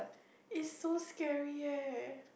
is so scary eh